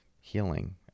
healing